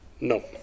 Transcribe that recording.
No